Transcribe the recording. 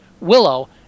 Willow